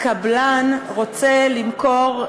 קבלן רוצה למכור,